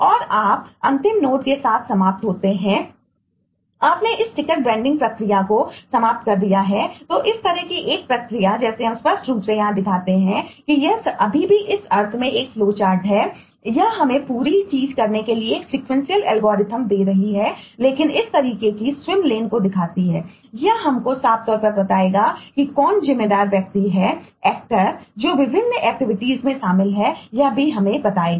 और आप अंतिम नोड के साथ समाप्त होते हैं जो कि आपने इस टिकट वेंडिंग जो विभिन्न एक्टिविटीज में शामिल है यह भी हमें बताएगा